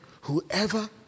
whoever